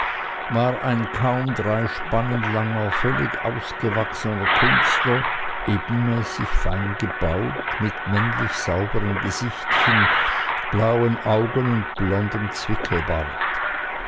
war ein kaum drei spannen langer völlig ausgewachsener künstler ebenmäßig fein gebaut mit männlich sauberm gesichtchen blauen augen und blondem zwickelbart